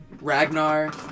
Ragnar